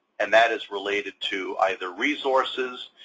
and that is related to either resources.